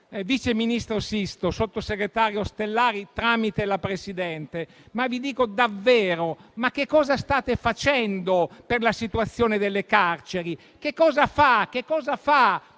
vice ministro Sisto, sottosegretario Ostellari, tramite la Presidente, vi chiedo davvero che cosa stiate facendo per la situazione delle carceri. Che cosa fa un